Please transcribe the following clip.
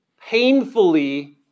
painfully